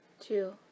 two